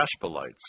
Ashbelites